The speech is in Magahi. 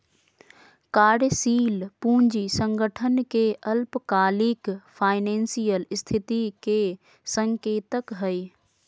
कार्यशील पूंजी संगठन के अल्पकालिक फाइनेंशियल स्थिति के संकेतक हइ